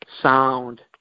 sound